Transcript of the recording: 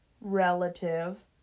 relative